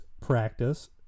practice